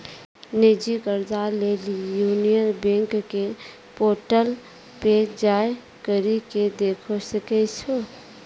निजी कर्जा लेली यूनियन बैंक के पोर्टल पे जाय करि के देखै सकै छो